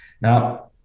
Now